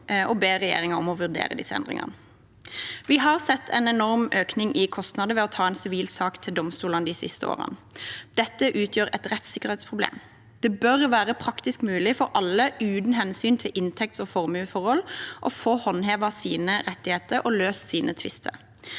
og ber regjeringen om å vurdere disse endringene. Vi har sett en enorm økning i kostnader ved å ta en sivil sak til domstolene de siste årene. Dette utgjør et rettssikkerhetsproblem. Det bør være praktisk mulig for alle, uten hensyn til inntekts- og formuesforhold, å få håndhevet sine rettigheter og løst sine tvister.